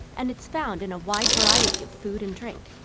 and it's found in a wide variety of food and drink.